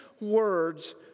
words